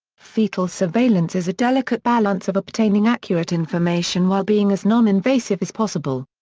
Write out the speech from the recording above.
fetal surveillance is a delicate balance of obtaining accurate information while being as noninvasive as possible.